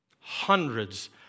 hundreds